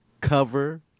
cover